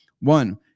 One